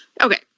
Okay